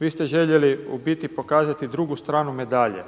Vi ste željeli u biti pokazati drugu stranu medalje.